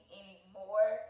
anymore